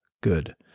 good